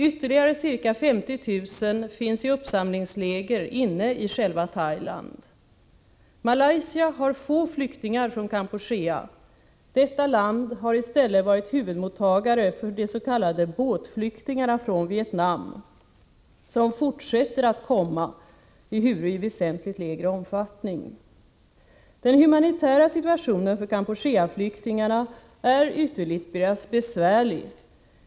Ytterligare ca 50 000 finns i uppsamlingsläger inne i själva Thailand. Malaysia har få flyktingar från Kampuchea. Detta land har i stället varit huvudmottagare för de s.k. båtflyktingarna från Vietnam, som fortsätter att komma, ehuru i väsentligt lägre omfattning. Den humanitära situationen för Kampuchea-flyktingarna är ytterligt besvärlig.